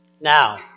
Now